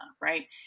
right